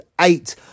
eight